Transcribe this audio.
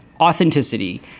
Authenticity